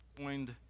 joined